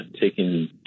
taking